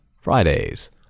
Fridays